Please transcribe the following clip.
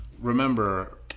remember